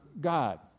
God